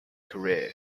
career